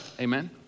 amen